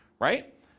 Right